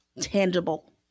tangible